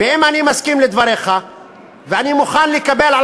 ואם אני מסכים לדבריך ואני מוכן לקבל על